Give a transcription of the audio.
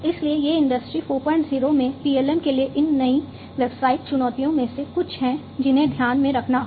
इसलिए ये इंडस्ट्री 40 में PLM के लिए इन नई व्यावसायिक चुनौतियों में से कुछ हैं जिन्हें ध्यान में रखना होगा